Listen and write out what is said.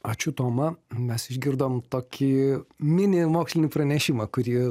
ačiū toma mes išgirdom tokį mini mokslinį pranešimą kurį